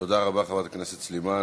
תודה רבה, חברת הכנסת סלימאן.